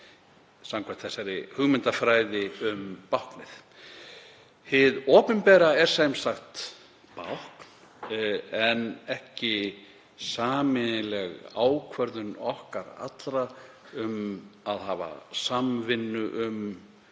samkvæmt hugmyndafræðinni um báknið. Hið opinbera er sem sagt bákn en ekki sameiginleg ákvörðun okkar allra um að hafa samvinnu um